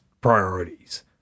priorities